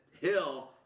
Hill